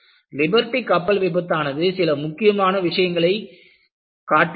Liberty கப்பல் விபத்தானது சில முக்கியமான விஷயங்களை காட்டியுள்ளது